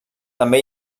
també